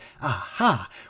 aha